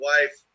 wife